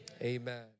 Amen